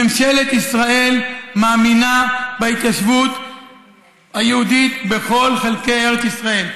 ממשלת ישראל מאמינה בהתיישבות היהודית בכל חלקי ארץ ישראל.